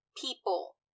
people